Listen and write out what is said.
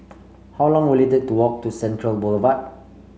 how long will it take to walk to Central Boulevard